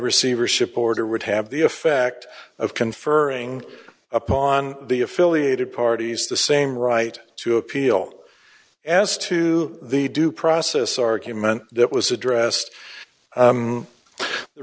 receivership order would have the effect of conferring upon the affiliated parties the same right to appeal as to the due process argument that was addressed in the